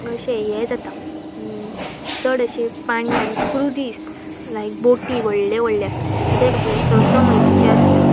अशें हें जाता चड अशे पाणयान क्रुजीस लायक बोटी व्हडले व्हडले आसा ते कशे स स म्हयन्याचे आसता